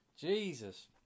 Jesus